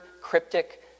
cryptic